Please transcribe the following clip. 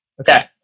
Okay